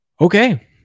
Okay